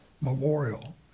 memorial